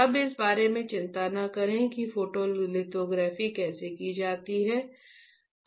अब इस बारे में चिंता न करें कि फोटोलिथोग्राफी कैसे की जाती है